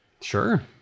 Sure